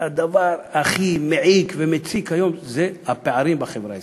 שהדבר הכי מעיק ומציק היום זה הפערים בחברה הישראלית.